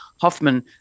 Hoffman